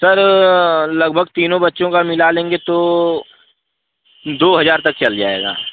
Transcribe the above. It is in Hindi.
सर लगभग तीनों बच्चों का मिला लेंगे तो दो हजार तक चल जाएगा